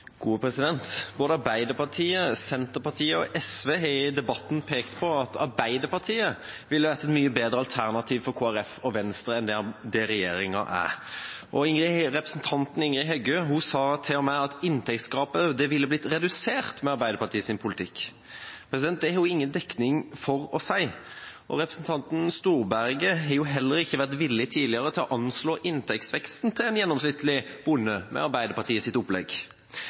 Både Arbeiderpartiet, Senterpartiet og SV har i debatten pekt på at Arbeiderpartiet ville vært et mye bedre alternativ for Kristelig Folkeparti og Venstre enn det regjeringa er. Representanten Ingrid Heggø sa til og med at inntektsgapet ville blitt redusert med Arbeiderpartiets politikk. Det har hun ingen dekning for å si. Representanten Storberget har heller ikke tidligere vært villig til å anslå inntektsveksten til en gjennomsnittlig bonde, med Arbeiderpartiets opplegg. Når Arbeiderpartiet